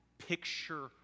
picture